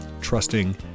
Trusting